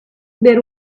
there